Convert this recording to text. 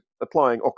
applying